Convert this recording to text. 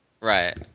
Right